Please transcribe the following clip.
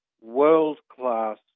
world-class